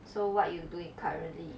so what you doing currently